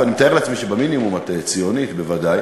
ואני מתאר לעצמי שבמינימום את ציונית בוודאי,